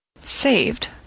Saved